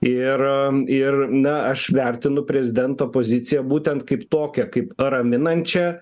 ir ir na aš vertinu prezidento poziciją būtent kaip tokią kaip raminančią